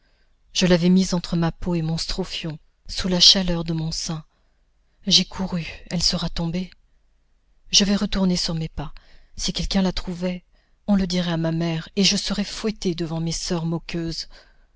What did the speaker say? je l'avais mise entre ma peau et mon strophiôn sous la chaleur de mon sein j'ai couru elle sera tombée je vais retourner sur mes pas si quelqu'un la trouvait on le dirait à ma mère et je serais fouettée devant mes soeurs moqueuses